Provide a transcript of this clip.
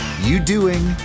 you-doing